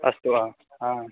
अस्तु आ आ